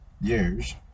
years